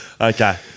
Okay